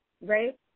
right